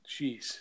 jeez